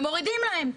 ומורידים להם.